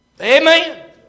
Amen